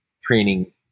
training